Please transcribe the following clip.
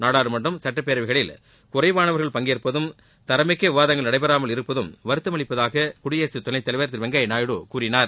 நாடாளுமன்றம் சட்டப்பேரவைகளில் குறைவானவர்கள் பங்கேற்பதும் தரமிக்க விவாதங்கள் நடைபெறாமல் இருப்பதும் வருத்தமளிப்பதாக குடியரசுத்துணைத்தலைவர் திரு வெங்கப்யா நாயுடு கூறியுள்ளார்